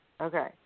Okay